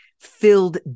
filled